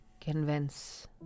convince